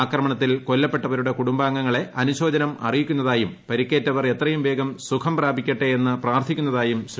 ആക്രമണത്തിൽ കൊല്ലപ്പെട്ടവ്ടിരുടെ കുടുംബാംഗങ്ങളെ അനുശോചനം അറിയിക്കുന്നതായും പ്രിക്കേറ്റവർ എത്രയുംവേഗം സുഖംപ്രാപിക്കട്ടെ എന്ന് പ്രാർത്ഥിക്കുന്നതായും ശ്രീ